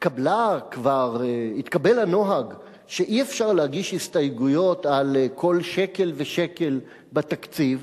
התקבל הנוהג שאי-אפשר להגיש הסתייגויות על כל שקל ושקל בתקציב,